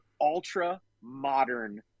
ultra-modern